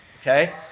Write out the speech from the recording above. Okay